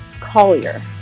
collier